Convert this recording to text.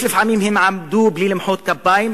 יש לפעמים שהם עמדו בלי למחוא כפיים,